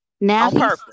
now